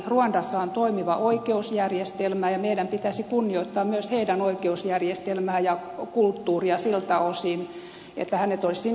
ruandassa on toimiva oikeusjärjestelmä ja meidän pitäisi kunnioittaa myös heidän oikeusjärjestelmäänsä ja kulttuuriansa siltä osin että hänet olisi sinne luovutettu